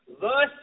Thus